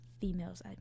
females